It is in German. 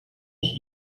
ich